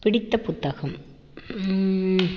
பிடித்த புத்தகம்